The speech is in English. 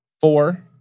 four